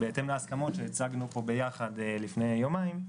בהתאם להסכמות שהצגנו פה ביחד לפני יומיים,